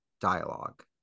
dialogue